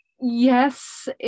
yes